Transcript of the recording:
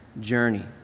journey